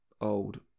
old